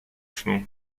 snu